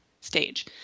stage